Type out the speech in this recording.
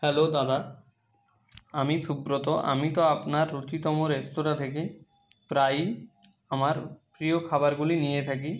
hello দাদা আমি সুব্রত আমি তো আপনার রুচিতম রেস্তোরাঁ থেকে প্রায়ই আমার প্রিয় খাবারগুলি নিয়ে থাকি